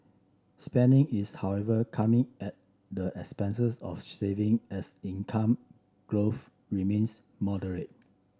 spending is however coming at the expenses of saving as income growth remains moderate